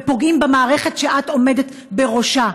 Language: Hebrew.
ופוגעים במערכת שאת עומדת בראשה.